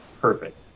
Perfect